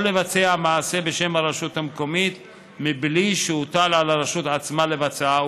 או לבצע מעשה בשם הרשות המקומית מבלי שהוטל על הרשות עצמה לבצעו,